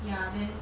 ya then